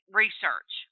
research